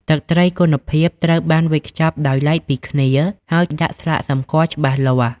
ទឹកត្រីគុណភាព ត្រូវបានវេចខ្ចប់ដោយឡែកពីគ្នា ហើយដាក់ស្លាកសម្គាល់ច្បាស់លាស់។